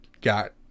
got